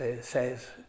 says